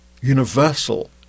universal